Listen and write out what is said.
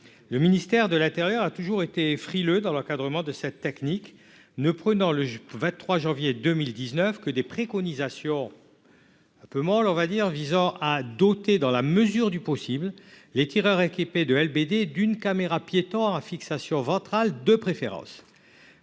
Le ministère de l'intérieur a toujours été frileux quant à l'encadrement de cette technique, n'émettant le 23 janvier 2019 que des préconisations molles visant à doter « dans la mesure du possible » les tireurs équipés de LBD « d'une caméra-piéton à fixation ventrale de préférence